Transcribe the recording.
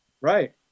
Right